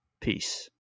Peace